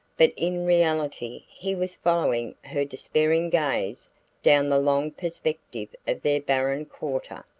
but in reality he was following her despairing gaze down the long perspective of their barren quarter.